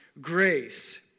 grace